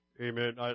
Amen